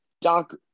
Doc